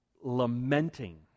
lamenting